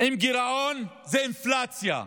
עם גירעון זה אינפלציה,